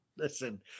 Listen